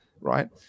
right